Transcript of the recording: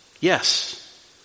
Yes